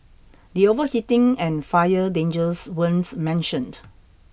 the overheating and fire dangers weren't mentioned